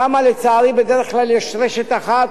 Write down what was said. שם לצערי יש בדרך כלל רשת אחת,